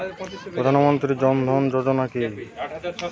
প্রধান মন্ত্রী জন ধন যোজনা কি?